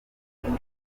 afite